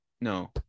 No